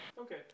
Okay